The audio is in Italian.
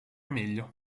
meglio